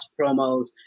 promos